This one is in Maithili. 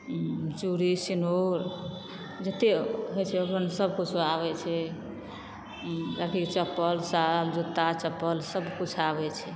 चूड़ी सींदूर जतय होइ छै सब किछु आबै छै अथी चप्पल साल जूत्ता चप्पल सब किछु आबै छै